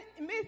miss